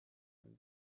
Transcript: and